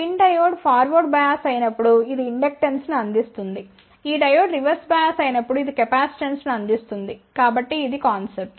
PIN diode forward bias అయినప్పుడు ఇది ఇండక్టెన్స్ను అందిస్తుంది ఈ డయోడ్ రివర్స్ బయాస్డ్ అయినప్పుడు ఇది కెపాసిటెన్స్ను అందిస్తుంది కాబట్టి ఇది కాన్సెప్ట్